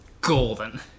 Golden